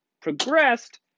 progressed